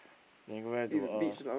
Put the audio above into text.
then you go there to uh